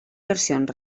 versions